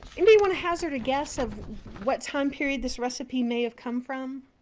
anybody want to hazard a guess of what time period this recipe may have come from?